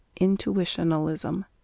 Intuitionalism